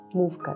move